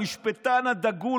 המשפטן הדגול,